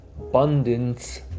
abundance